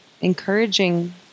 encouraging